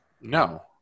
No